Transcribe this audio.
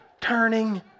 turning